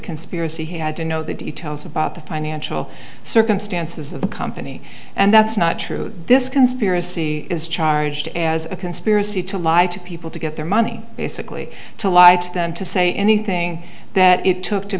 conspiracy he had to know the details about the financial circumstances of the company and that's not true this conspiracy is charged as a conspiracy to lie to people to get their money basically to lie to them to say anything that it took to